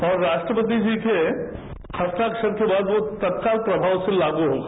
और राष्ट्रपति जी के हस्ताक्षर के बाद वह तत्काल प्रमाव से लागू होगा